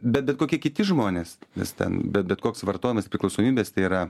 bet bet kokie kiti žmonės vis ten be bet koks vartojimas priklausomybės tai yra